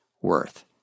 worth